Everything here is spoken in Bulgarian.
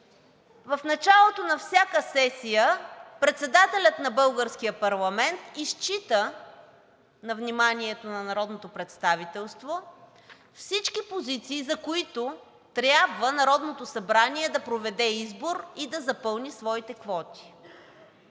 в началото на всяка сесия председателят на българския парламент изчита на вниманието на народното представителство всички позиции, за които трябва Народното събрание да проведе избор и да запълни своите квоти,